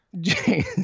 James